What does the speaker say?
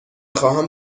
خواهم